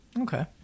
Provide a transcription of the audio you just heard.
okay